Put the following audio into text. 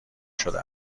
شده